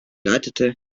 leitete